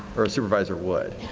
or a supervisor would?